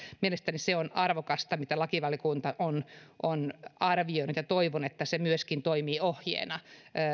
mielestäni se on arvokasta mitä lakivaliokunta on on arvioinut ja toivon että se myöskin toimii ohjeena